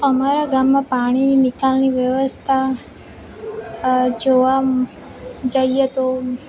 અમારા ગામમાં પાણીની નિકાલની વ્યવસ્થા જોવા જઈએ તો